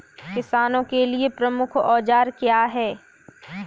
किसानों के लिए प्रमुख औजार क्या हैं?